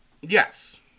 Yes